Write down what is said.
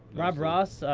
robross,